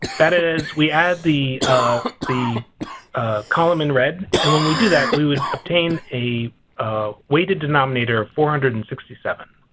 that is we add the the column in red. and when we do that we would obtain a weighted denominator of four hundred and sixty seven.